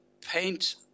paint